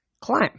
Climb